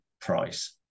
price